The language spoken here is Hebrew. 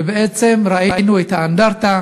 ובעצם ראינו את האנדרטה.